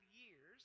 years